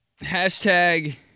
Hashtag